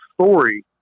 story